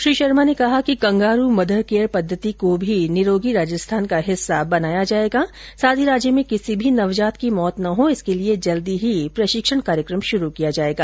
श्री शर्मा ने कहा कि कंगारू मदर केयर पद्वति को भी निरोगी राजस्थान का हिस्सा बनाया जाएगा साथ ही राज्य में किसी भी नवजात की मौत न हो इसके लिए जल्द ही प्रशिक्षण कार्यक्रम शुरु किया जाएगा